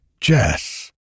Jess